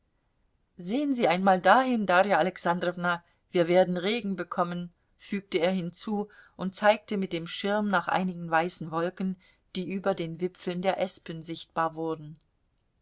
sehen sie einmal dahin darja alexandrowna wir werden regen bekommen fügte er hinzu und zeigte mit dem schirm nach einigen weißen wolken die über den wipfeln der espen sichtbar wurden